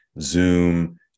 Zoom